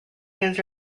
his